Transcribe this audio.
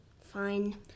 Fine